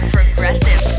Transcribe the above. Progressive